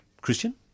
Christian